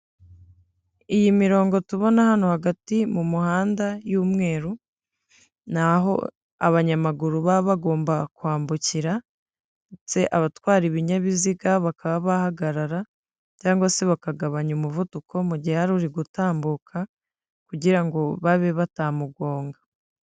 Iyi mirongo tubona hano hagati mu mihanda y'umweru naho abanyamaguru baba bagomba kwambukira ndetse abatwara ibinyabiziga bakaba bahagarara cg se bakagabanya umuvuduko mu mugihe hari uri gutambuka kugirango babe batamugonga.